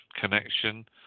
connection